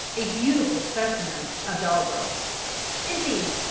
a beautiful specimen of doggrel indeed,